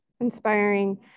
Inspiring